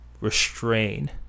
restrain